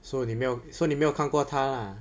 so 你没有 so 你没有看过他 lah